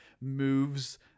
moves